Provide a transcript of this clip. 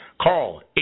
Call